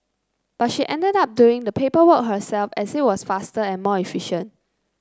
but she ended up doing the paperwork herself as it was faster and more efficient